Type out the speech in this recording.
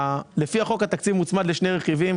לפי החוק, התקציב מוצמד לשני רכיבים